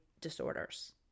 disorders